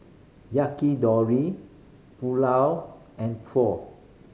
Yakitori Pulao and Pho